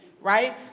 Right